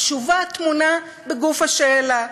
התשובה טמונה בגוף השאלה,